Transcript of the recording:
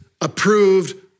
approved